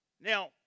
Now